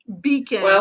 beacon